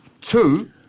Two